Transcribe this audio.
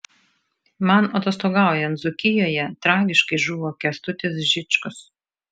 man atostogaujant dzūkijoje tragiškai žuvo kęstutis žičkus